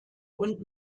und